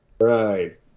right